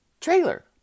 trailer